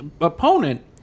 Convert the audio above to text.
opponent